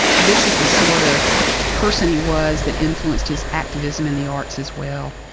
this is the sort of person he was that influenced his activism in the arts as well.